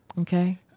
Okay